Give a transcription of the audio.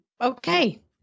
Okay